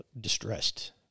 distressed